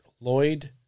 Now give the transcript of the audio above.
Lloyd